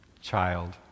child